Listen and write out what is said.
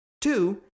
two